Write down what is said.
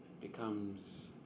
becomes